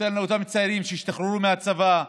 נותן לאותם צעירים שהשתחררו מהצבא,